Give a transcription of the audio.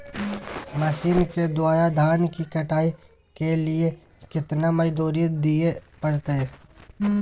Machine के द्वारा धान की कटाइ के लिये केतना मजदूरी दिये परतय?